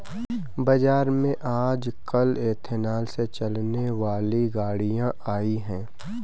बाज़ार में आजकल एथेनॉल से चलने वाली गाड़ियां आई है